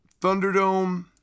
Thunderdome